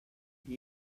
gli